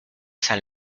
san